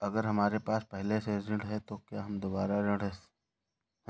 अगर हमारे पास पहले से ऋण है तो क्या हम दोबारा ऋण हैं?